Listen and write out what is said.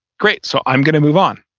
great, so i'm going to move on,